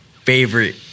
favorite